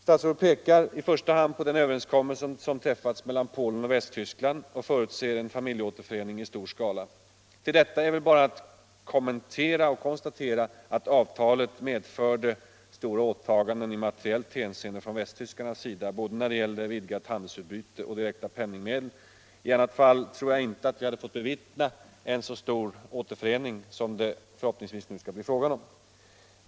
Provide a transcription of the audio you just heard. Statsrådet pekar i första hand på den överenskommelse som träffats mellan Polen och Västtyskland och förutser en familjeåterförening i stor skala. Till detta är bara att konstatera att avtalet medförde stora åtaganden i materiellt hänseende från västtyskarnas sida, både när det gällde vidgat handelsutbyte och direkta penningmedel. I annat fall tror jag inte att vi hade fått bevittna en så stor återförening som det nu förhoppningsvis skall bli fråga om.